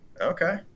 Okay